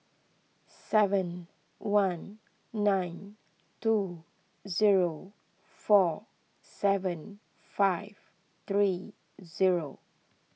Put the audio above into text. seven one nine two zero four seven five three zero